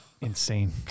Insane